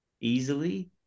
easily